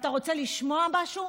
ואתה רוצה לשמוע משהו?